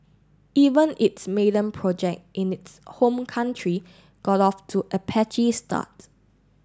even its maiden project in its home country got off to a patchy start